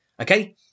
Okay